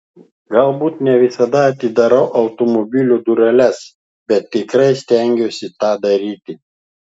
galbūt ne visada atidarau automobilio dureles bet tikrai stengiuosi tą daryti